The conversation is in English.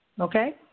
Okay